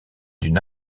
d’une